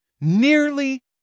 nearly